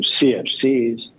CFCs